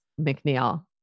McNeil